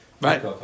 Right